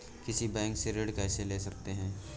किसी बैंक से ऋण कैसे ले सकते हैं?